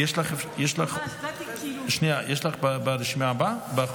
יש לך בחוק הבא?